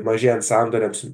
mažėjant sandoriams